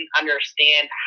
understand